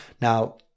Now